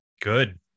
Good